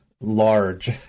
large